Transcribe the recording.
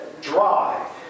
dry